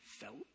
felt